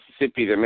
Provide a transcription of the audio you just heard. Mississippi